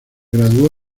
graduó